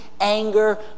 anger